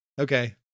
Okay